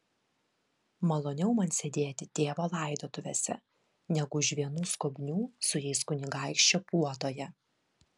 maloniau man sėdėti tėvo laidotuvėse negu už vienų skobnių su jais kunigaikščio puotoje